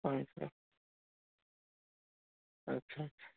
आछा अच्छा अच्छा